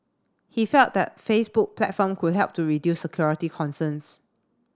he felt that Facebook platform could help to reduce security concerns